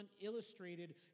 illustrated